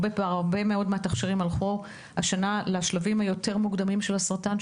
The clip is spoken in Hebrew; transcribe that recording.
הרבה תכשירים הלכו השנה לשלבים היותר מוקדמים של הסרטן,